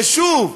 ושוב,